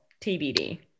TBD